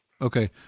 Okay